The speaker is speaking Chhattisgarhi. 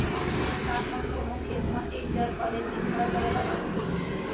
किसान मन कोनो खेत म एक जात वाले बिजहा ल लगाथें